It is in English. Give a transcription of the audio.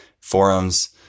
forums